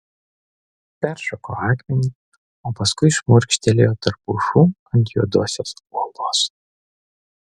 peršoko akmenį o paskui šmurkštelėjo tarp pušų ant juodosios uolos